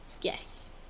Yes